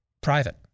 private